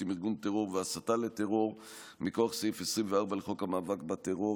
עם ארגון טרור והסתה לטרור מכוח סעיף 24 לחוק המאבק בטרור,